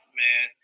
man